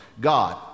God